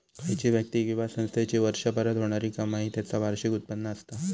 खयची व्यक्ती किंवा संस्थेची वर्षभरात होणारी कमाई त्याचा वार्षिक उत्पन्न असता